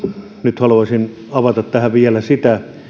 nyt haluaisin avata tähän vielä